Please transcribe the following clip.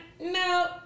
no